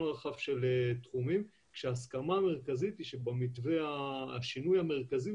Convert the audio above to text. רחב של תחומים כשההסכמה המרכזית היא שהשינוי המרכזי,